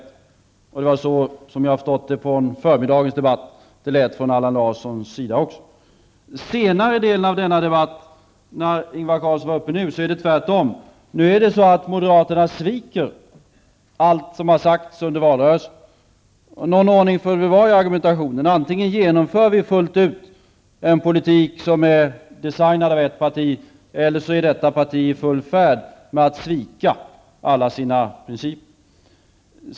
Så lät det också, har jag förstått, från Allan Larssons sida i förmiddagens debatt. I senare delen av den här debatten, när Ingvar Carlsson var uppe nyss, är det tvärtom. Nu sviker moderaterna allt som har sagts under valrörelsen. Någon ordning får det väl vara i argumentationen! Antingen genomför vi fullt ut den politik som är designad av ett parti eller också är detta parti i full färd med att svika alla sina principer.